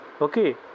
Okay